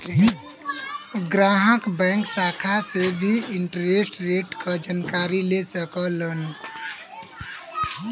ग्राहक बैंक शाखा से भी इंटरेस्ट रेट क जानकारी ले सकलन